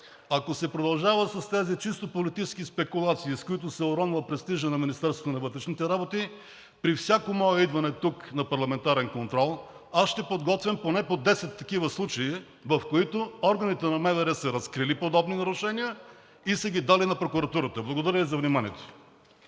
ако се продължава с тези чисто политически спекулации, с които се уронва престижът на Министерството на вътрешните работи, при всяко мое идване тук на парламентарен контрол аз ще подготвям поне по 10 такива случая, в които органите на МВР са разкрили подобни нарушения и са ги дали на прокуратурата. Благодаря за вниманието.